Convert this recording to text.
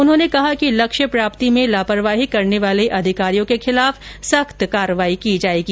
उन्होंने कहा कि लक्ष्य प्राप्ति में लापरवाही करने वाले अधिकारियों के खिलाफ सख्त कार्यवाही की जाएगी